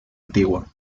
antigua